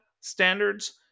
standards